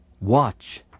watch